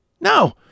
No